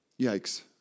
Yikes